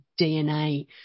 DNA